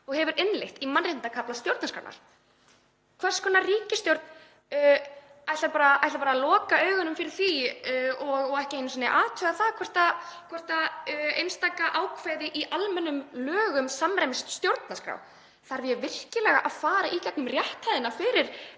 og hefur innleitt í mannréttindakafla stjórnarskrárinnar. Hvers konar ríkisstjórn ætlar að loka augunum fyrir því og ekki einu sinni athuga hvort einstaka ákvæði í almennum lögum samræmist stjórnarskrá? Þarf ég virkilega að fara í gegnum rétthæðina fyrir